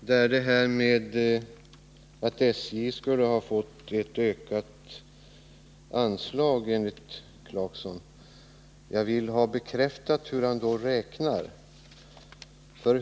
Fru talman! Enligt herr Clarkson skulle SJ ha fått en ökning av anslaget. Jag skulle emellertid vilja veta hur han då räknar.